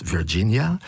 Virginia